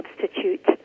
substitute